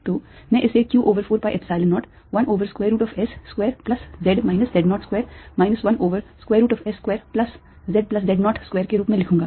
तो मैं इसे q over 4 pi Epsilon 0 1 over square root of s square plus z minus z 0 square minus 1 over square root of s square plus z plus z 0 square के रूप में लिखूंगा